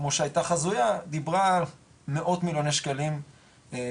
כמו שהיתה חזוייה דיברה על מאות מיליוני שקלים בודדים,